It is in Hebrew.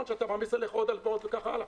כשאתה מעמיס עליך עוד הלוואות וכך הלאה?